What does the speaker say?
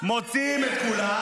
מוציאים את כולם,